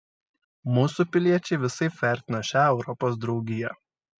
mūsų piliečiai visaip vertina šią europos draugiją